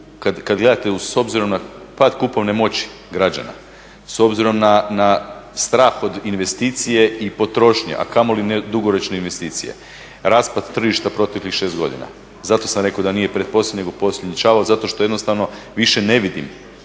kad gledate s obzirom na pad kupovne moći građana, s obzirom na strah od investicije i potrošnje, a kamoli ne dugoročne investicije, raspad tržišta proteklih 6 godina. Zato sam rekao da nije pretposljednji, nego posljednji čavao zato što jednostavno više ne vidim